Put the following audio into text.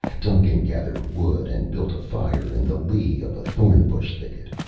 duncan gathered wood and built a fire in the lee of a thorn-bush thicket.